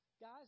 Guys